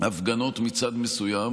הפגנות מצד מסוים,